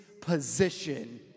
position